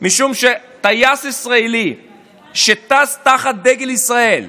משום שטייס ישראלי שטס תחת דגל ישראל,